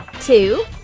two